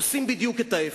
עושים בדיוק את ההיפך.